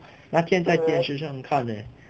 那天在电视上看 leh